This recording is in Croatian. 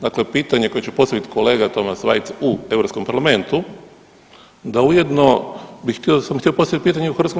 Dakle, pitanje koje će postavit kolega Tomas Veiz u Europskom parlamentu da ujedno bi htio, sam htio postavit pitanje u HS.